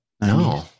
No